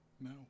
No